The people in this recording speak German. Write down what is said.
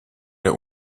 der